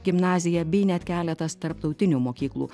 gimnazija bei net keletas tarptautinių mokyklų